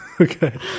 Okay